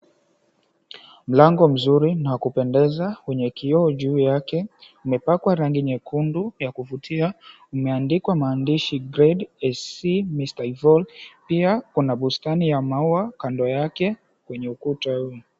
Mlango mzuri na wa kupendeza, kwenye kioo juu yake kumepakwa rangi nyekundu ya kuvutia, umeandikwa maandishi, Grade AC Mr Evolve. Pia kuna bustani ya maua kando yake kwenye ukuta huo.